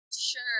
Sure